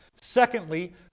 Secondly